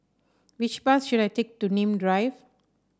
which bus should I take to Nim Drive